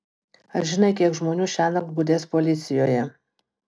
ar žinai kiek žmonių šiąnakt budės policijoje